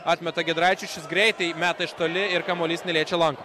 atmeta giedraičiui šis greitai meta iš toli ir kamuolys neliečia lanko